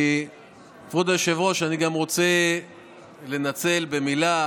כבוד היושב-ראש, אני גם רוצה לנצל במילה